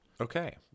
Okay